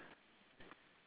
can you you hear me